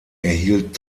erhielt